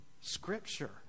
scripture